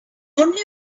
only